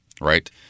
right